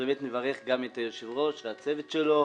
אני מברך גם את היושב-ראש והצוות שלו,